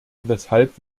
weshalb